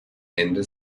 ende